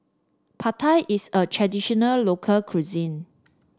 Pad Thai is a traditional local cuisine